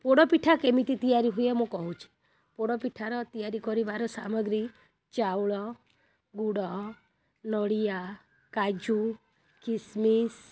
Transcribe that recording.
ପୋଡ଼ ପିଠା କେମିତି ତିଆରି ହୁଏ ମୁଁ କହୁଛି ପୋଡ଼ ପିଠାର ତିଆରି କରିବାର ସାମଗ୍ରୀ ଚାଉଳ ଗୁଡ ନଡ଼ିଆ କାଜୁ କିସମିସ